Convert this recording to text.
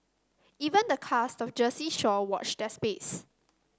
even the cast of Jersey Shore watch their space